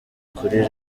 kuri